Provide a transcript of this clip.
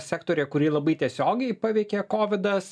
sektoriuje kurį labai tiesiogiai paveikė kovidas